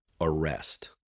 arrest